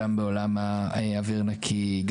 גם בעולם אוויר נקי,